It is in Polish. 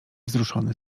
wzruszony